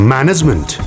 Management